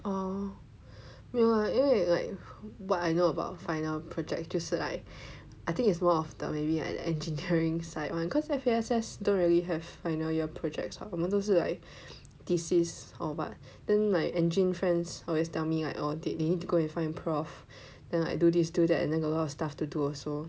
orh no lah 因为 like what I know about final project 就是 like I think it's more of the maybe engineering side [one] cause F_A_S_S don't really have final year projects ah 我们都是 like thesis or what then my engin friends always tell me like orh they need to go and find prof then like do this do that and then a lot of stuff to do also